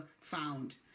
found